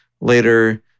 later